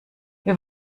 wir